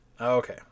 okay